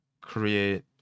Create